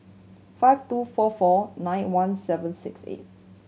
five two four four nine one seven six eight